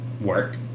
work